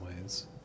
ways